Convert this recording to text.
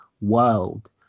world